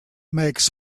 makes